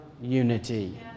unity